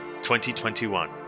2021